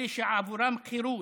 אלה שעבורם חירות,